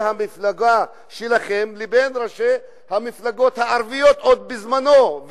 המפלגה שלכם לבין ראשי המפלגות הערביות בזמנו,